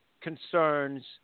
concerns